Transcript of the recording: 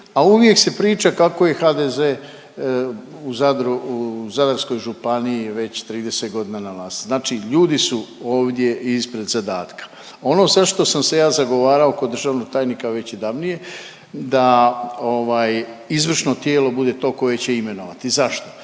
a uvijek se priča kako je HDZ u Zadru u Zadarskoj županiji već 30 godina na vlasti. Znači ljudi su ovdje ispred zadatka. Ono za što sam se ja zagovarao kod državnog tajnika već i davnije, da izvršno tijelo bude to koje će imenovati. Zašto?